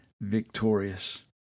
victorious